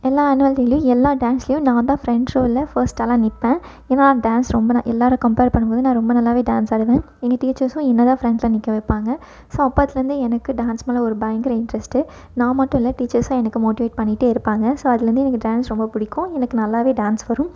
எல்லா ஆனுவல் டேலேயும் எல்லா டான்ஸ்லேயும் நான்தான் ஃப்ரென்ட் ரோலில் ஃபர்ஸ்ட் ஆளாக நிற்பேன் ஏன்னால் டான்ஸ் ரொம்ப நான் எல்லாேரும் கம்பேர் பண்ணும்போது நான் ரொம்ப நல்லாவே டான்ஸ் ஆடுவேன் எங்கள் டீச்சர்ஸும் என்னதான் ஃப்ரென்ட்டில் நிற்க வைப்பாங்க ஸோ அப்போத்துலருந்து எனக்கு டான்ஸ் மேலே ஒரு பயங்கிற இன்ட்ரெஸ்ட்டு நான் மட்டும் இல்லை டீச்சர்ஸும் எனக்கு மோட்டிவேட் பண்ணிக்கிட்டே இருப்பாங்க ஸோ அதிலருந்து எனக்கு டான்ஸ் ரொம்ப பிடிக்கும் எனக்கு நல்லாவே டான்ஸ் வரும்